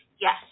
yes